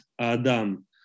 Adam